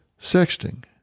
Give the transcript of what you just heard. sexting